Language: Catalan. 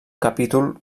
capítol